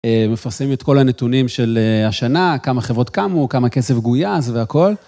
מפרסמים את כל הנתונים של השנה, כמה חברות קמו, כמה כסף גויס והכול.